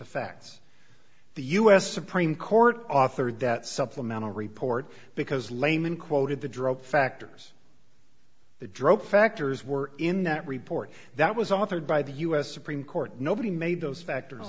the facts the u s supreme court authored that supplemental report because layman quoted the drop factors the drop factors were in that report that was authored by the u s supreme court nobody made those factors